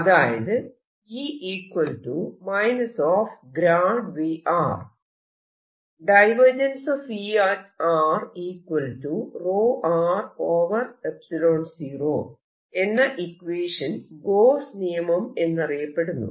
അതായത് എന്ന equation Gauss നിയമം എന്നറിയപ്പെടുന്നു